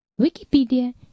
Wikipedia